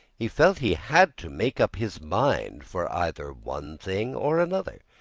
he felt he had to make up his mind for either one thing or another.